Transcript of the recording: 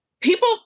people